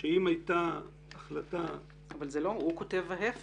אבל הוא כותב הפוך.